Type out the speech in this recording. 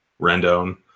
Rendon